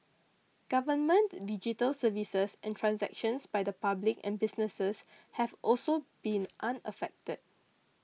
government digital services and transactions by the public and businesses have also been unaffected